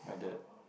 my dad